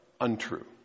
untrue